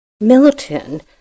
Milton